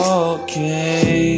okay